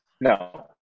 No